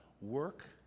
work